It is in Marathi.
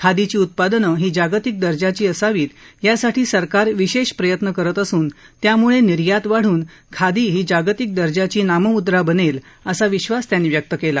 खादीची उत्पादनं ही जागतिक दर्जाची असावीत यासाठी सरकार विशेष प्रयत्न करत असून त्यामुळे खादीची निर्यात वाढून खादी ही जागतिक दर्जाची नाममुद्रा बनेल असा विद्वास त्यांनी व्यक्त केला